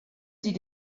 sie